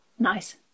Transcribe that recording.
Nice